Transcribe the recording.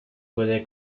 puede